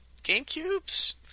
GameCubes